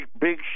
big